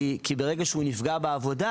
כי ברגע שהוא נפגע בעבודה